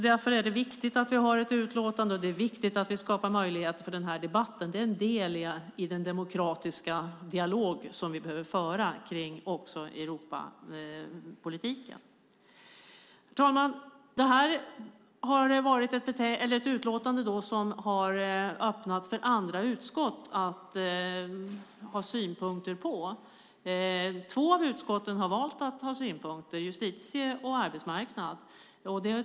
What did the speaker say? Därför är det viktigt att vi har ett utlåtande och att vi håller denna debatt. Den är en del i den demokratiska dialog vi behöver föra om Europapolitiken. Herr talman! Det här utlåtandet har öppnat för andra utskott att lämna synpunkter. Två av utskotten har valt att lämna synpunkter, nämligen justitie och arbetsmarknadsutskotten.